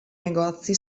negozi